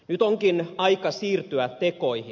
nyt onkin aika siirtyä tekoihin